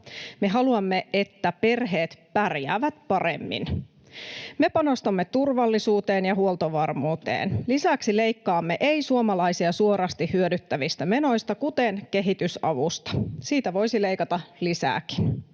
Me haluamme, että perheet pärjäävät paremmin. Me panostamme turvallisuuteen ja huoltovarmuuteen. Lisäksi leikkaamme suomalaisia ei suorasti hyödyttävistä menoista, kuten kehitysavusta — siitä voisi leikata lisääkin.